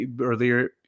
earlier